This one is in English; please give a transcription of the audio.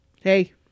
hey